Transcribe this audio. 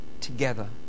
together